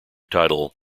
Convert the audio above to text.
title